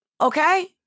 Okay